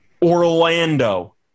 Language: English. Orlando